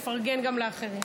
לפרגן גם לאחרים.